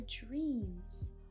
dreams